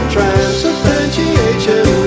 Transubstantiation